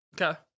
Okay